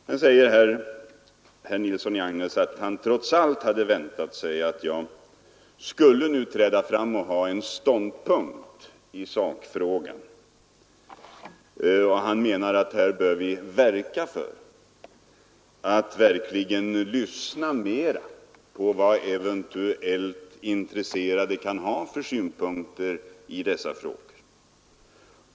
Herr Nilsson i Agnäs säger vidare att han trots allt hade väntat sig att jag skulle träda fram och ha en ståndpunkt i sakfrågan. Han menar att vi bör lyssna mera på vad eventuellt intresserade kan ha för synpunkter i dessa frågor.